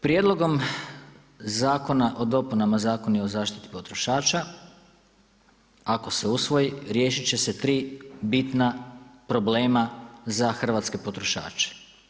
Prijedlogom zakona o dopunama Zakona o zaštiti potrošača ako se usvoji riješit će se tri bitna problema za hrvatske potrošače.